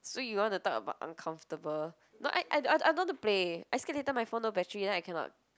so you want to talk about uncomfortable no I I I don't want to play I scared later my phone no battery then I cannot